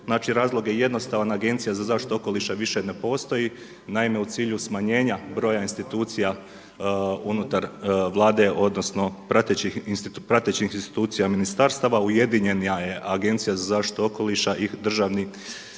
razlog je jednostavan. Agencija za zaštitu okoliša više ne postoji. Naime, u cilju smanjenju broja institucija unutar Vlade odnosno pratećih institucija ministarstava ujedinjena je Agencija za zaštitu okoliša i Državni